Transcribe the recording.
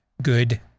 good